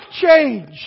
change